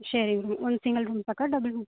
sharing room ಒಂದು single room ಸಾಕಾ double room